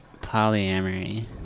Polyamory